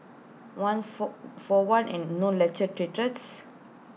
one for for one and no lecture theatres